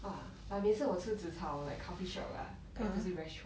!wah! but 每次我吃 zi char hor like coffee shop like 不是 restaurant